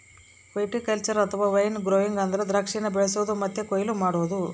viticulture ಅಥವಾ wine growing ಅಂದ್ರ ದ್ರಾಕ್ಷಿನ ಬೆಳಿಸೊದು ಮತ್ತೆ ಕೊಯ್ಲು ಮಾಡೊದು